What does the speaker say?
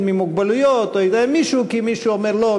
עם מוגבלות או ממישהו כי מישהו אומר: לא,